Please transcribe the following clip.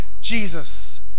Jesus